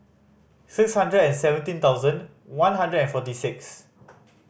six hundred and seventeen thousand one hundred and forty six